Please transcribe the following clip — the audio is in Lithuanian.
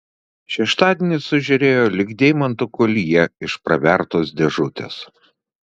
šeštadienis sužėrėjo lyg deimantų koljė iš pravertos dėžutės